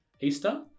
Easter